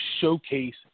showcase